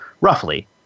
Roughly